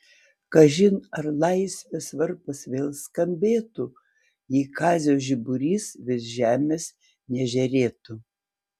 kažin ar laisvės varpas vėl skambėtų jei kazio žiburys virš žemės nežėrėtų